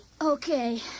Okay